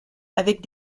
avec